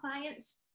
clients